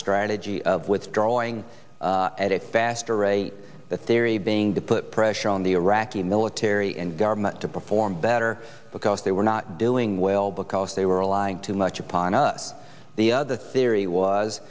strategy of withdrawing at a faster rate the theory being to put pressure on the iraqi military and government to perform better because they were not doing well because they were lying too much upon us the theory was